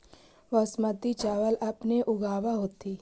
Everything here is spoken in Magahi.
बासमती चाबल अपने ऊगाब होथिं?